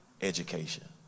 education